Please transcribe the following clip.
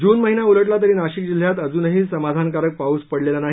जून महिना उलटला तरी नाशिक जिल्ह्यात अजूनही समाधानकारक पाऊस पडलेला नाही